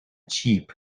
cheap